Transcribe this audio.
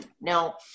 now